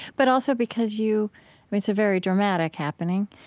but also, because you it's a very dramatic happening,